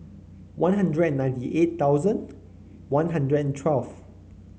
One Hundred and ninety eight thousand One Hundred and twelfth